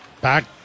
Back